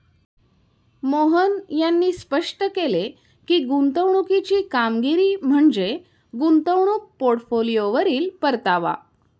मोहन यांनी स्पष्ट केले की, गुंतवणुकीची कामगिरी म्हणजे गुंतवणूक पोर्टफोलिओवरील परतावा